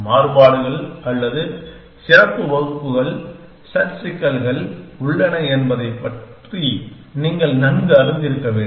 மாறுபாடுகள் அல்லது சிறப்பு வகுப்புகள் சட் சிக்கல்கள் உள்ளன என்பதை நீங்கள் நன்கு அறிந்திருக்க வேண்டும்